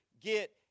get